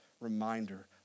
reminder